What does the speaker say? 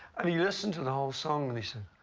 and he listened to the whole song and he said,